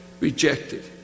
rejected